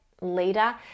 leader